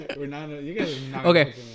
Okay